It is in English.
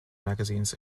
magazines